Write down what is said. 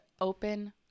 open